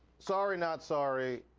sorry, not sorry,